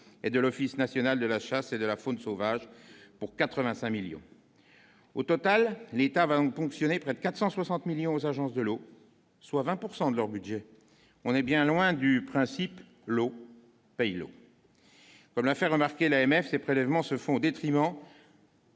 et de l'Office national de la chasse et de la faune sauvage pour 85 millions au total, l'État va nous ponctionner près de 460 millions aux agences de l'eau, soit 20 pourcent de de leur budget, on est bien loin du principe l'eau paye l'eau, comme l'a fait remarquer l'AMF ces prélèvements se font au détriment.